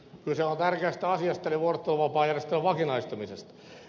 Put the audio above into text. kyse on tärkeästä asiasta eli vuorotteluvapaajärjestelmän vakinaistamisesta